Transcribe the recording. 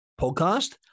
podcast